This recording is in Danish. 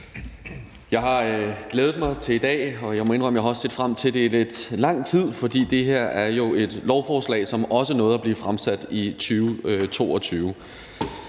Jeg har glædet mig til i dag, og jeg må indrømme, at jeg også har set frem til det i lidt lang tid, fordi det her jo er et lovforslag, som også nåede at blive fremsat i 2022.